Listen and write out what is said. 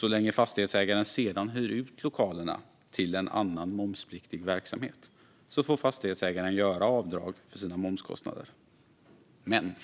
Så länge fastighetsägaren sedan hyr ut lokalerna till en annan momspliktig verksamhet får fastighetsägaren göra avdrag för sina momskostnader. Men